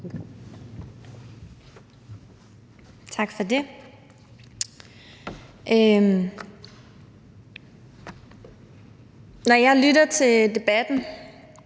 Tak for det. Når jeg lytter til debatten